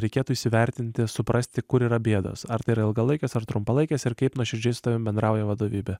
reikėtų įsivertinti suprasti kur yra bėdos ar tai yra ilgalaikės ar trumpalaikės ir kaip nuoširdžiai su tavim bendrauja vadovybė